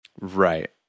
Right